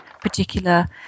particular